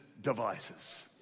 devices